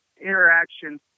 interaction